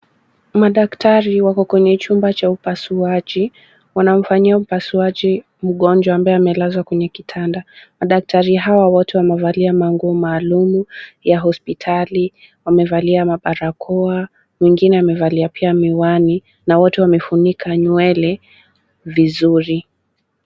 Madaktari wako kwenye chumba cha upasuaji. Wanamfanyia upasuaji mgonjwa ambaye amelazwa kwenye kitanda. Madaktari hawa wote wamevalia manguo maalum ya hospitali. Wamevalia mabarakoa, mwingine amevalia pia miwani na wote wamefunika nywele vizuri.